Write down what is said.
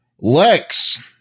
Lex